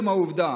מעצם העובדה